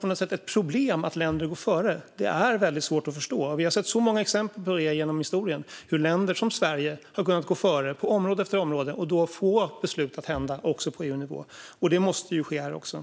på något sätt skulle vara ett problem att länder går före är väldigt svårt att förstå. Vi har sett så många exempel på detta genom historien. Länder som Sverige har kunnat gå före på område efter område och få beslut att komma till stånd också på EU-nivå. Det måste ske här också.